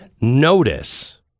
notice